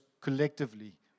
collectively